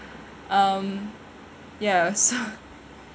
um ya so